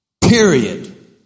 Period